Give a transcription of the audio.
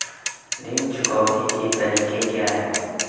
ऋण चुकौती के तरीके क्या हैं?